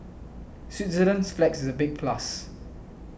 Switzerland's flag is a big plus